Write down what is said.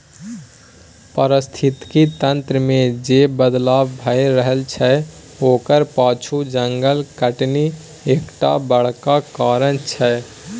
पारिस्थितिकी तंत्र मे जे बदलाव भए रहल छै ओकरा पाछु जंगल कटनी एकटा बड़का कारण छै